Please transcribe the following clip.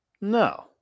No